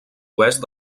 oest